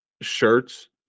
shirts